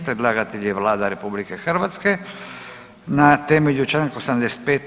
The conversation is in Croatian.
Predlagatelj je Vlada RH na temelju Članka 85.